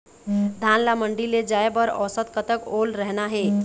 धान ला मंडी ले जाय बर औसत कतक ओल रहना हे?